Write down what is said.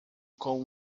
com